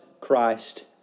Christ